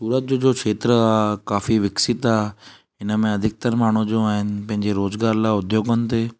सूरत जो खेत्र आहे काफ़ी विकसित आहे हिनमें अधिकतर माण्हू जो आहिनि पंहिंजे रोज़गार लाइ उद्योगनि ते